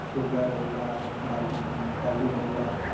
ସୁଲା ରହିଲା ଡାଲି ରହିଲା